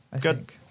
Good